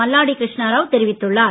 மல்லாடி கிருஷ்ணாராவ் தெரிவித்துள்ளார்